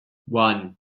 one